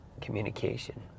communication